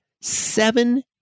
seven